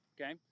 Okay